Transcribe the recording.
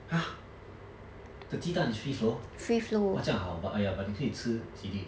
!huh! the 鸡蛋 is free flow !wah! 这样好 but !aiya! 你可以吃几粒